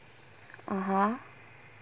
(uh huh)